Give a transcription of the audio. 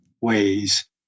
ways